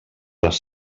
les